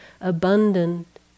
abundant